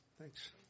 Thanks